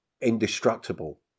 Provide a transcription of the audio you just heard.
indestructible